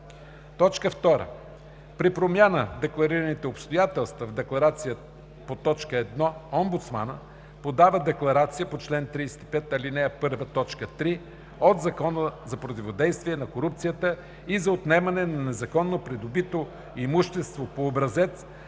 2. При промяна в декларираните обстоятелства в декларацията по т. 1 омбудсманът подава декларация по чл. 35, ал. 1, т. 3 от Закона за противодействие на корупцията и за отнемане на незаконно придобитото имущество по образец,